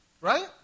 Right